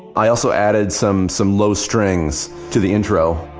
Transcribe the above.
i also added some some low strings to the intro.